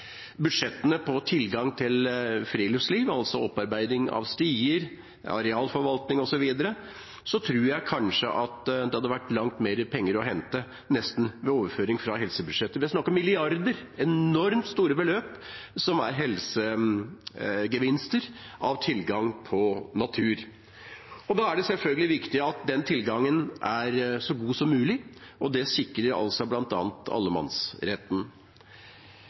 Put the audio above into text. budsjettene for tilgang til friluftsliv, altså opparbeidelse av stier, arealforvaltning osv., tror jeg kanskje det hadde vært langt mer penger å hente – nesten – ved overføring fra helsebudsjettet. Det er snakk om milliarder, enormt store beløp, som er helsegevinster ved tilgang på natur, og da er det selvfølgelig viktig at den tilgangen er så god som mulig, og det sikrer altså bl.a. allemannsretten.